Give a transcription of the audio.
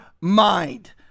mind